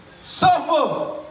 suffer